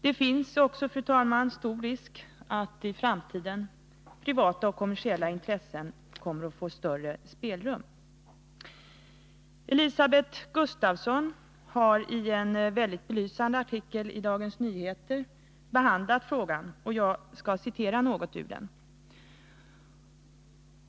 Det finns också, fru talman, stor risk för att i framtiden privata och kommersiella intressen kommer att få större spelrum. Elisabeth Gustafsson har i en belysande artikel i Dagens Nyheter behandlat frågan, och jag skall citera något ur den.